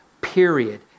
period